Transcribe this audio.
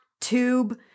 tube